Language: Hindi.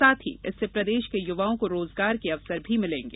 साथ ही इससे प्रदेश के युवाओं को रोजगार के अवसर भी मिलेंगे